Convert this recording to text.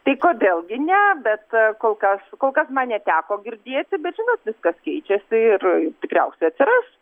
tai kodėl gi ne bet kol kas kol kas man neteko girdėti bet žinot viskas keičiasi ir tikriausiai atsiras